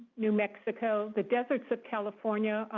new mexico the deserts of california,